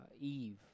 Eve